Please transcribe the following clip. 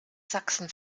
sachsen